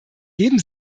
geben